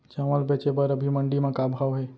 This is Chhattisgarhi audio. चांवल बेचे बर अभी मंडी म का भाव हे?